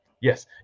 Yes